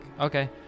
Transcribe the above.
Okay